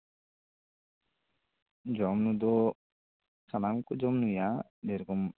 ᱡᱚᱢ ᱫᱚ ᱥᱟᱱᱟᱢ ᱠᱚ ᱡᱚᱢ ᱧᱩᱭᱟ ᱡᱮᱨᱚᱠᱚᱢ